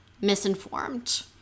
misinformed